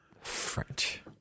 french